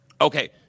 Okay